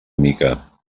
mica